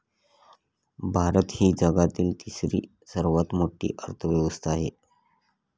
भारत ही जगातील तिसरी सर्वात मोठी अर्थव्यवस्था आहे